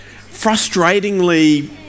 frustratingly